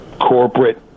corporate